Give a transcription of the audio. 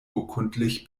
urkundlich